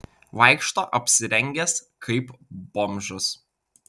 vaikšto apsirengęs kaip bomžas